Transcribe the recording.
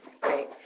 Great